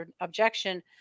objection